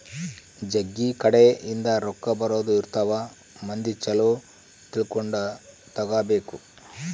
ಜಗ್ಗಿ ಕಡೆ ಇಂದ ರೊಕ್ಕ ಬರೋದ ಇರ್ತವ ಮಂದಿ ಚೊಲೊ ತಿಳ್ಕೊಂಡ ತಗಾಬೇಕು